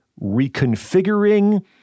reconfiguring